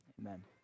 amen